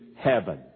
heaven